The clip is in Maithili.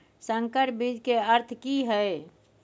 संकर बीज के अर्थ की हैय?